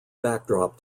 backdrop